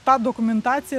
tą dokumentaciją